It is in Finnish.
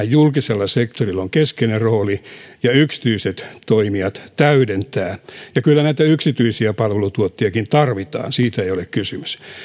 julkisella sektorilla on keskeinen rooli ja yksityiset toimijat täydentävät kyllä yksityisiäkin palveluntuottajia tarvitaan siitä ei ole kysymys